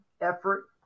effort